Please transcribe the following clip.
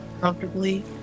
comfortably